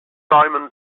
simon